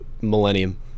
millennium